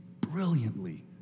brilliantly